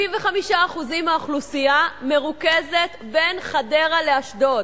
75% מהאוכלוסייה מרוכזים בין חדרה לאשדוד.